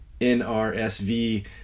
NRSV